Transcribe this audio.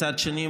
מצד שני,